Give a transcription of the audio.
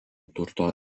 turto